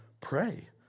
pray